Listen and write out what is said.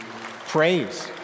praise